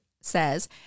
says